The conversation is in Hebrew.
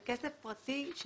זה כסף פרטי.